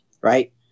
Right